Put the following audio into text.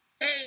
Hey